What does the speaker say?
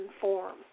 form